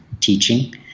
teaching